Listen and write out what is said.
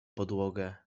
podłogę